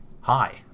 Hi